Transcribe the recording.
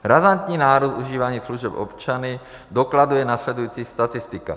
Razantní nárůst užívání služeb občany dokladuje následující statistika.